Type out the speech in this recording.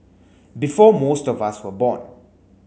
before most of us were born